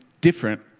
different